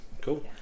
cool